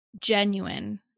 genuine